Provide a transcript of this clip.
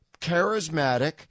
charismatic